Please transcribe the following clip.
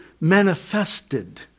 manifested